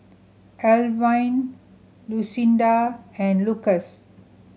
Alwine Lucinda and Lucas